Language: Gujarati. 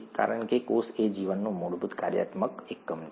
કારણ કે કોષ એ જીવનનું મૂળભૂત કાર્યાત્મક એકમ છે